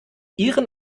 ihren